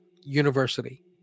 university